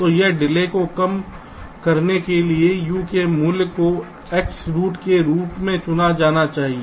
तो डिले को कम करने के लिए U के मूल्य को X के रूप में चुना जाना चाहिए